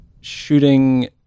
shooting